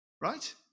right